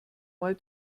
mal